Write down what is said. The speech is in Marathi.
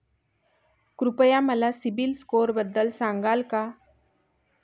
कृपया मला सीबील स्कोअरबद्दल सांगाल का?